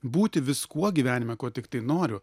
būti viskuo gyvenime kuo tiktai noriu